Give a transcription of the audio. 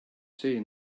say